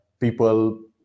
people